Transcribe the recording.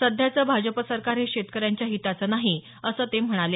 सध्याचं भाजप सरकार हे शेतकर्यांच्या हिताचं नाही असं ते म्हणाले